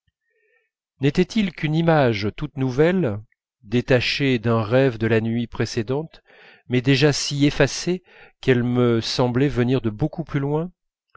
n'étaient-ils qu'une image toute nouvelle détachée d'un rêve de la nuit précédente mais déjà si effacée qu'elle me semblait venir de beaucoup plus loin